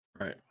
Right